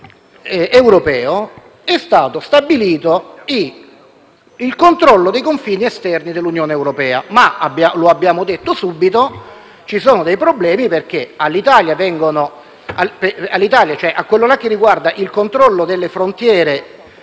europeo è stato stabilito il controllo dei confini esterni dell'Unione europea; tuttavia, come abbiamo detto subito, ci sono dei problemi perché, per quanto riguarda il controllo delle frontiere